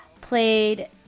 Played